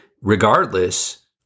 regardless